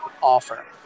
offer